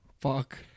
Fuck